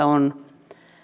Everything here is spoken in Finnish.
on